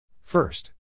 First